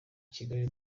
kigali